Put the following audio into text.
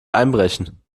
einbrechen